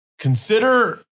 consider